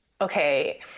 okay